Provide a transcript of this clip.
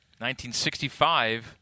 1965